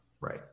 right